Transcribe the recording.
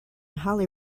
holly